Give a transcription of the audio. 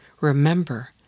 remember